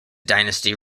dynasty